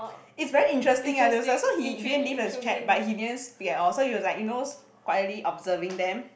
it's very interesting ah that was like so he didn't leave the chat but he didn't speak at all so it was like you knows quietly observing them